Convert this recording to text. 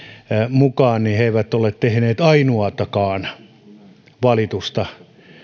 mukaan he eivät ole tehneet ainoatakaan valitusta